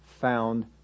found